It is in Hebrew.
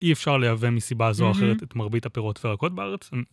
אי אפשר לייבא מסיבה זו או אחרת את מרבית הפירות והירקות בארץ.